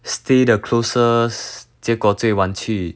stay the closest 结果最晚去